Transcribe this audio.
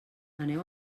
aneu